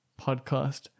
podcast